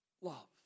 love